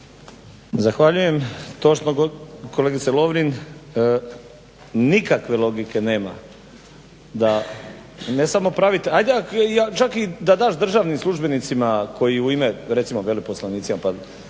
Zahvaljujem. Točno kolegice Lovrin, nikakve logike nema da i ne samo praviti, ajde čak i da daš državnim službenicima koji u ime recimo veleposlanicima pa